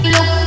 Look